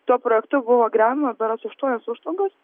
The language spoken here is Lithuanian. tuo projektu buvo griaunamos berods aštuonios užtvankos